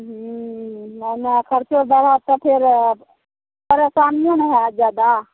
हुँ नहि नहि खरचो बढ़त तऽ फेर परेशानिओ ने हैत जादा